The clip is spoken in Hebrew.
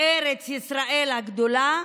ארץ ישראל הגדולה,